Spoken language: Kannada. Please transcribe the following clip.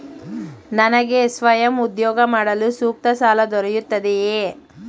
ನನಗೆ ಸ್ವಯಂ ಉದ್ಯೋಗ ಮಾಡಲು ಸೂಕ್ತ ಸಾಲ ದೊರೆಯುತ್ತದೆಯೇ?